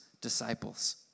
disciples